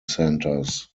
centres